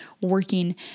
working